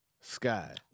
sky